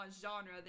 genre